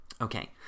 Okay